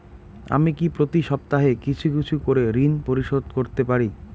আমি কি প্রতি সপ্তাহে কিছু কিছু করে ঋন পরিশোধ করতে পারি?